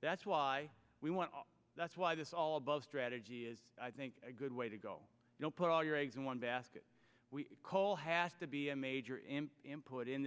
that's why we want to that's why this all above strategy is i think a good way to go you know put all your eggs in one basket coal has to be a major put in